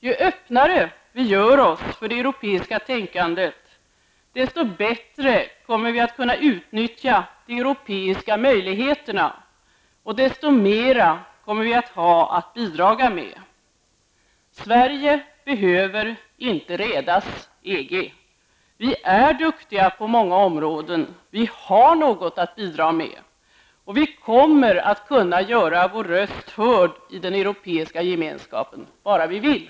Ju öppnare vi gör oss för det europeiska tänkandet, desto bättre kommer vi att kunna utnyttja de europeiska möjligheterna och desto mera kommer vi att ha att bidra med. Sverige behöver inte rädas EG. Vi är duktiga på många områden, vi har något att bidra med. Vi kommer att kunna göra vår röst hörd i den europeiska gemenskapen bara vi vill.